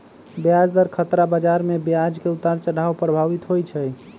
ब्याज दर खतरा बजार में ब्याज के उतार चढ़ाव प्रभावित होइ छइ